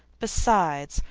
besides,